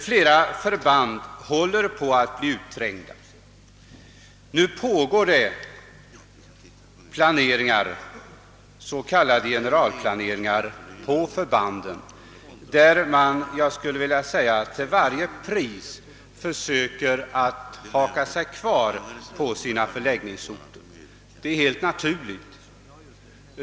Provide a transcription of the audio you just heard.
Flera förband håller på att bli utestängda från sina förläggningsorter. Nu pågår s.k. generalplaneringar på förbanden, varvid man — skulle jag vilja säga — till varje pris försöker att hanka sig kvar på den nuvarande orten. Detta är helt naturligt.